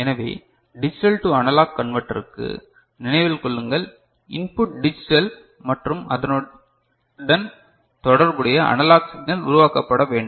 எனவே digital to analogue கன்வர்ட்டருக்கு நினைவில் கொள்ளுங்கள் இன்புட் டிஜிட்டல் மற்றும் அதனுடன் தொடர்புடைய அனலாக் சிக்னல் உருவாக்கப்பட வேண்டும்